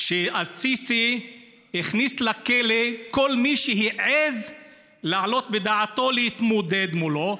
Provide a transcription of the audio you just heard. כשא-סיסי הכניס לכלא כל מי שהעז להעלות בדעתו להתמודד מולו.